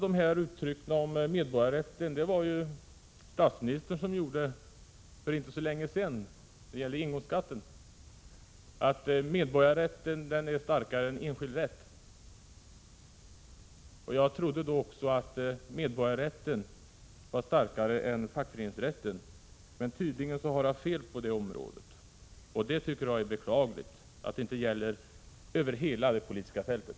Det var statsministern som för inte så länge sedan när det gällde engångsskatten myntade uttrycket att medborgarrätten är starkare än enskild rätt. Jag trodde att medborgarrätten då också var starkare än fackföreningsrätten men tydligen har jag fel på det området. Det är beklagligt att det inte gäller över hela det politiska fältet.